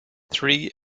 three